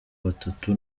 batatu